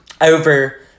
over